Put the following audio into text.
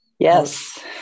Yes